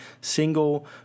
single